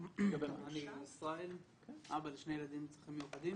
אני אבא לשני ילדים עם צרכים מיוחדים.